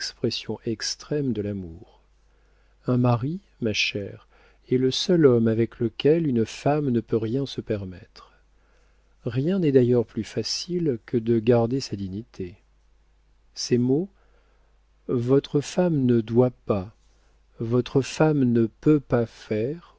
extrêmes de l'amour un mari ma chère est le seul homme avec lequel une femme ne peut rien se permettre rien n'est d'ailleurs plus facile que de garder sa dignité ces mots votre femme ne doit pas votre femme ne peut pas faire